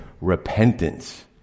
repentance